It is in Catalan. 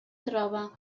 troba